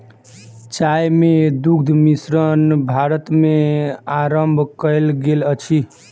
चाय मे दुग्ध मिश्रण भारत मे आरम्भ कयल गेल अछि